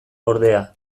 ordea